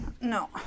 No